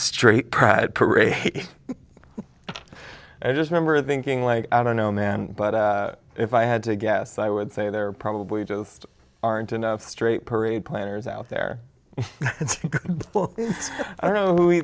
straight pride parade i just member of thinking like i don't know man but if i had to guess i would say they're probably just aren't enough straight parade planners out there i don't know who he